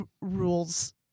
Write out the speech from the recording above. rules